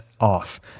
off